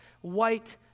white